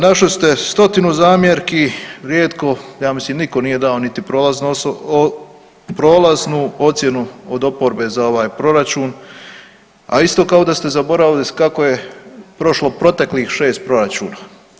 Našli ste stotinu zamjerki, rijetko, ja mislim nitko nije dao prolaznu ocjenu od oporbe za ovaj Proračun, a isto kao da ste zaboravili kako je prošlo proteklih 6 proračuna.